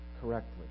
correctly